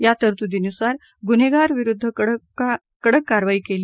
या तरतुदीनुसार गुन्हेगार विरुद्ध कडक कारवाई केली